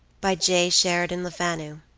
by j. sheridan lefanu